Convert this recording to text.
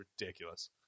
ridiculous